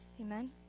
Amen